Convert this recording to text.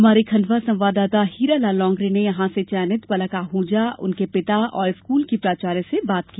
हमारे खंडवा संवाददाता हीरालाल लोंगरे ने यहा से चयनित पलक आहूजा उनके पिता और स्कूल की प्राचार्य से बात की